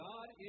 God